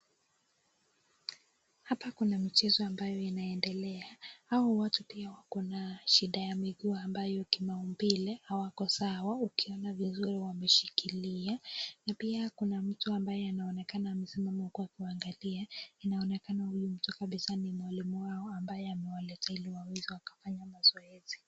Hapa kuna michezo ambayo inaendelea hawa watu pia wako na shida ya miguu ambayo kimaumbile hawako sawa ukiona vizuri wameshikilia . Na pia kuna mtu ambaye anaonekana amesimama kwa kuangalia inaonekana huyu mtu kabisa ni mwalimu wao ambaye amewaleta ili kufanya mazoezi.